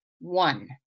one